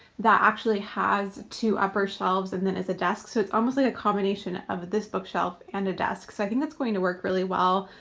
that actually has two upper shelves and then as a desk so it's almost like a combination of this bookshelf and a desk. so i think that's going to work really well.